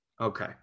Okay